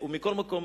מכל מקום,